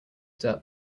dirt